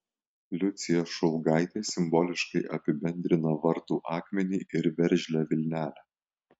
liucija šulgaitė simboliškai apibendrina vartų akmenį ir veržlią vilnelę